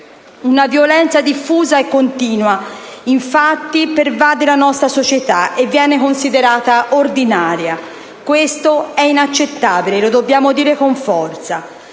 Una violenza diffusa e continua infatti pervade la nostra società e viene considerata ordinaria. Questo è inaccettabile, e lo dobbiamo affermare con forza.